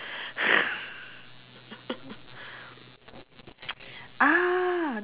ah